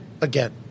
again